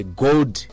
gold